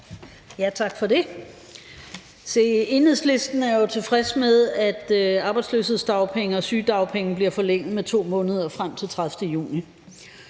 Tak for det. Se, Enhedslisten er jo tilfreds med, at retten til arbejdsløshedsdagpenge og sygedagpenge bliver forlænget med 2 måneder frem til den 30. juni.